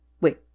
Wait